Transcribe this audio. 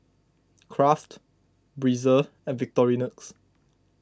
Kraft Breezer and Victorinox